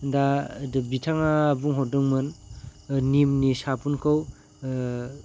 दा बिथांङा बुंहरदोंमोन निमनि साफुनखौ